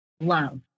love